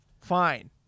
fine